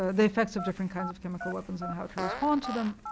the effects of different kinds of chemical weapons and how to respond to them.